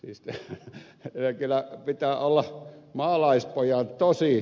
siis kyllä pitää olla maalaispojan ed